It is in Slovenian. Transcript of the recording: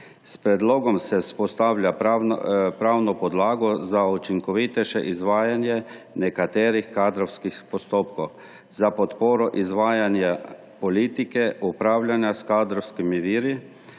S predlogom se vzpostavlja pravno podlago za učinkovitejše izvajanje nekaterih kadrovskih postopkov za podporo izvajanja politike upravljanja s kadrovskimi viri